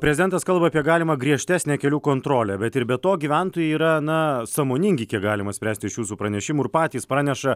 prezidentas kalba apie galimą griežtesnę kelių kontrolę bet ir be to gyventojai yra na sąmoningi kiek galima spręsti iš jūsų pranešimų ir patys praneša